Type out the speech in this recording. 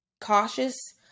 cautious